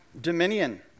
dominion